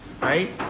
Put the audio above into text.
right